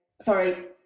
sorry